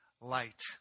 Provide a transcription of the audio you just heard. light